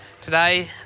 today